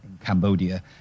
Cambodia